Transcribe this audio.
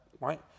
right